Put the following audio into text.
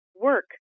work